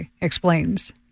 explains